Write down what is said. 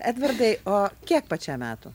edvardai o kiek pačiam metų